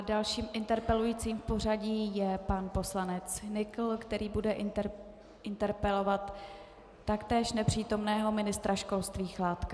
Dalším interpelujícím v pořadí je pan poslanec Nykl, který bude interpelovat taktéž nepřítomného ministra školství Chládka.